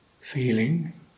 feeling